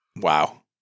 Wow